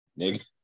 nigga